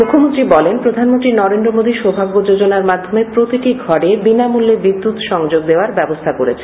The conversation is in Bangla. মুখ্যমন্ত্রী বলেন প্রধানমন্ত্রী নরেন্দ্র মোদী সৌভাগ্য যোজনার মাধ্যমে প্রতিটি ঘরে বিনামূল্যে বিদ্যুত সম্গ্যাগ দেওয়ার ব্যাবাখা করেছেন